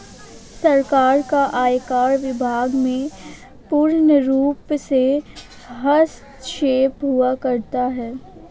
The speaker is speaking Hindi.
सरकार का आयकर विभाग में पूर्णरूप से हस्तक्षेप हुआ करता है